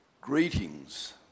Greetings